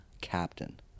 captain